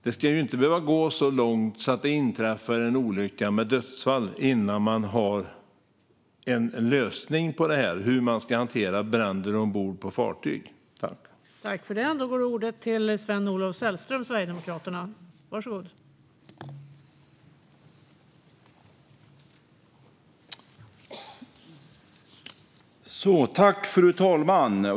Det ska ju inte behöva gå så långt att det inträffar en olycka med dödsfall innan det kommer en lösning på hur bränder ombord på fartyg ska hanteras.